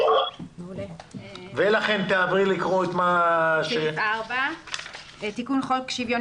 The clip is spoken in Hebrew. אני מקריאה את סעיף 4. תיקון חוק שוויון